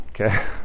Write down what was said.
okay